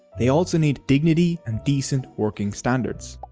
they also need dignity and decent working standards,